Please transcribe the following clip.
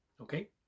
Okay